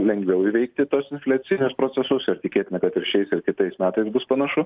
lengviau įveikti kitus infliacinius procesus ir tikėtina kad ir šiais ir kitais metais bus panašu